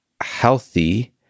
healthy